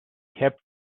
kept